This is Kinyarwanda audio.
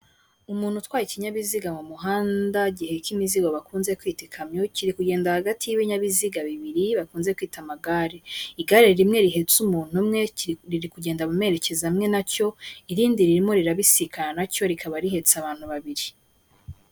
Umuntu utwaye ikinyabiziga mu muhanda giheka imizigo bakunze kwita ikamyo kiri kugenda hagati y'ibinyabiziga bibiri bakunze kwita amagare, igare rimwe rihetse umuntu umwe riri kugenda mu merekeza amwe na cyo, irindi ririmo rirabisikana na cyo rikaba rihetse abantu babiri.